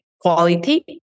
quality